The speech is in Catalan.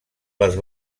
les